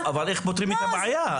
לא, אבל איך פותרים את הבעיה?